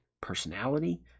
personality